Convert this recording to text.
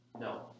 no